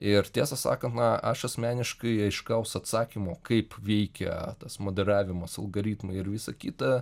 ir tiesą sakant na aš asmeniškai aiškaus atsakymo kaip veikia tas moderavimas algoritmai ir visa kita